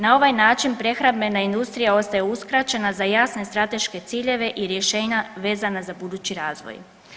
Na ovaj način prehrambena industrija ostaje uskraćena za jasne strateške ciljeve i rješenja vezana za budući razvoj.